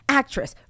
actress